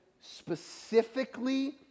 specifically